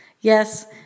Yes